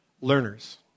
learners